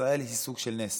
ישראל היא סוג של נס,